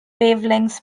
wavelengths